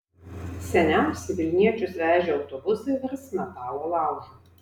seniausi vilniečius vežę autobusai virs metalo laužu